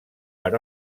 per